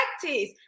practice